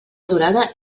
durada